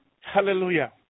Hallelujah